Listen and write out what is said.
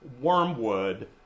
Wormwood